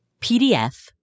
PDF